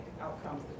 outcomes